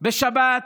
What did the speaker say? בשבת,